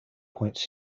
points